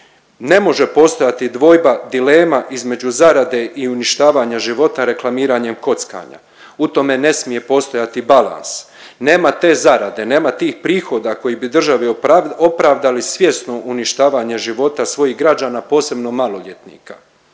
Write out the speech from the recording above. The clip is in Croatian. Ne može postojati dvojba, dilema između zarade i uništavanja života reklamiranjem kockanja. U tome ne smije postojati balans, nema te zarade, nema tih prihoda koje bi državi opravdali svjesno uništavanje života svojih građana posebno maloljetnika.